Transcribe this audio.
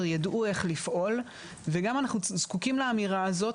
יידעו איך לפעול וגם אנחנו זקוקים לאמירה הזו,